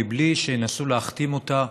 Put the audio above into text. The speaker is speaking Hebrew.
מבלי שינסו להכתים אותה